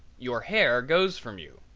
your hair goes from you.